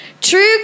true